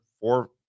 four